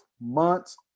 months